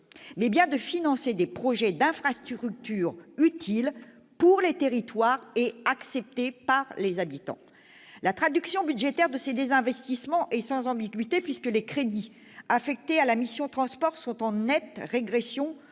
mais bien de financer des projets d'infrastructures utiles pour les territoires et acceptés par les habitants. La traduction budgétaire de ce désinvestissement est sans ambiguïté, puisque les crédits affectés au programme « Infrastructures